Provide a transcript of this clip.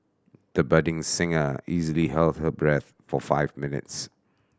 the budding singer easily held her breath for five minutes